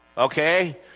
Okay